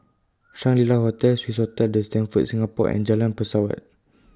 Shangri La Hotel Swissotel The Stamford Singapore and Jalan Pesawat